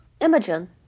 Imogen